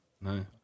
no